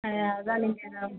ஆ அதுதான் நீங்கள் என்ன